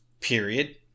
period